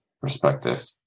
perspective